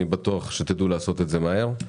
אני בטוח שתדעו לעשות את זה מהר.